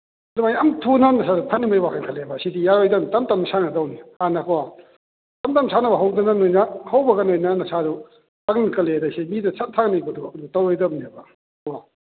ꯑꯗꯨꯃꯥꯏꯅ ꯌꯥꯝ ꯊꯨꯅ ꯅꯁꯥꯗꯨ ꯐꯅꯤꯡꯕꯒꯤ ꯋꯥꯈꯜ ꯈꯜꯂꯦꯕ ꯁꯤꯗꯤ ꯌꯥꯔꯣꯏ ꯇꯞ ꯇꯞ ꯁꯥꯟꯅꯗꯧꯅꯤ ꯍꯥꯟꯅꯀꯣ ꯇꯞ ꯇꯞ ꯁꯥꯟꯅꯕ ꯍꯧꯗꯅ ꯅꯣꯏꯅ ꯍꯧꯕꯒ ꯅꯣꯏꯅ ꯅꯁꯥꯗꯨ ꯄꯥꯡꯒꯜ ꯀꯜꯂꯦꯗ ꯁꯤꯗꯤ ꯁꯠ ꯊꯛꯅꯤꯡꯕꯗꯣ ꯇꯧꯔꯣꯏꯗꯝꯅꯦꯕ ꯀꯣ